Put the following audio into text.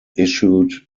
issued